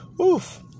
Oof